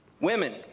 Women